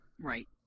right